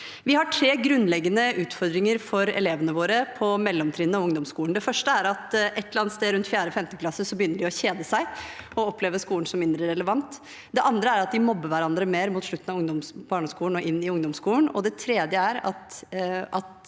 Vi har tre grunnleggende utfordringer for elevene våre på mellomtrinnet og ungdomsskolen. Det første er at et eller annet sted rundt 4. klasse og 5. klasse begynner de å kjede seg og oppleve skolen som mindre relevant. Det andre er at de mobber hverandre mer mot slutten av barneskolen og inn i ungdomsskolen. Det tredje er at